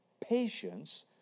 Patience